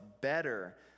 better